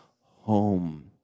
home